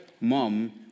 mom